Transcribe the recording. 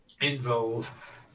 involve